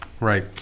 Right